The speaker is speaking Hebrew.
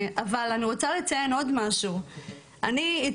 אבל, אני רוצה לציין עוד משהו.